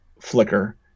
flicker